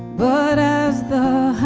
but as the